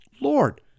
Lord